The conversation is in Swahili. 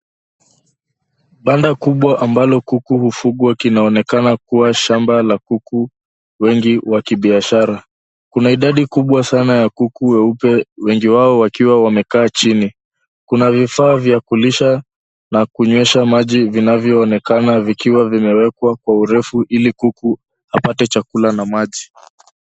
Banda kubwa ambalo kuku hufugwa linaonekana kuwa shamba la kuku wengi wa kibiashara. Kuna idadi kubwa sana ya kuku weupe wengi wao wakiwa wamekaa chini. Kuna vifaa vya kulisha na kunywesha maji vinavyoonekana vikiwa vimewekwa kwa urefu ili kuku apate chakula na maji.